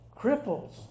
cripples